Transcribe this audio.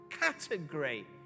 category